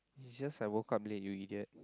it's just I woke up late you idiot